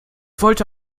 wollte